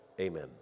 Amen